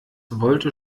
wollte